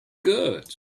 good